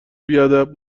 بیادب